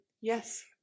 Yes